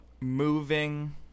moving